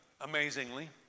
amazingly